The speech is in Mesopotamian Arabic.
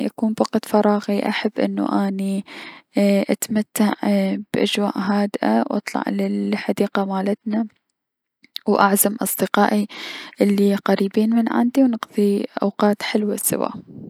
لمن اكون بوقت فراغي احب انو اني ايي- اتمتع بأجواء هادئة و اطلع للحديقة مالتنا و اعزم اصدقائي الي قريبين من عندي و نقضي اوقات حلوة سوا.